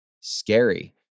scary